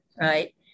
right